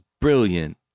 brilliant